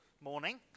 morning